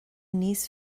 níos